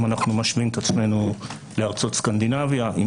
אם אנחנו משווים את עצמנו לארצות סקנדינביה עם